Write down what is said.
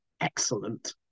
excellent